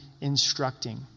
instructing